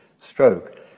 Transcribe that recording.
stroke